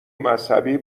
مذهبی